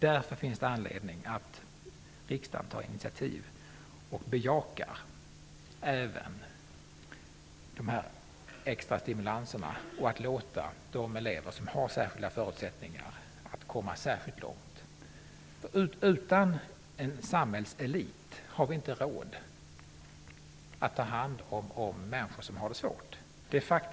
Det finns mot denna bakgrund anledning för riksdagen att ta initiativ till att bejaka även behovet av extra stimulans och att låta de elever som har särskilda förutsättningar komma särskilt långt. Utan en samhällselit har vi inte råd att ta hand om människor som har det svårt.